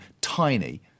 tiny